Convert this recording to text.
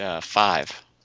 five